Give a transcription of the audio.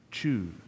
choose